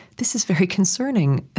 this is very concerning.